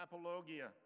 apologia